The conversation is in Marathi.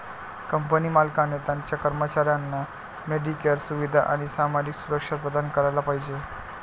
कंपनी मालकाने त्याच्या कर्मचाऱ्यांना मेडिकेअर सुविधा आणि सामाजिक सुरक्षा प्रदान करायला पाहिजे